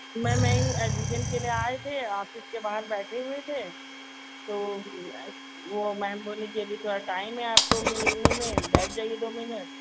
ma'am यही admission के लिए आए थे ऑफिस के बाहर बैठे हुए थे तो वह मैम बोली कि अभी थोड़ा टाइम है आपको मिलने बैठ जाइए दो मिनट